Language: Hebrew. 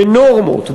בנורמות,